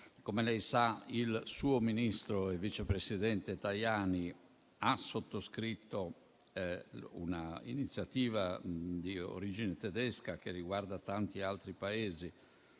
Come lei sa, il suo ministro e vice presidente Tajani ha sottoscritto un'iniziativa di origine tedesca che riguarda tanti altri Paesi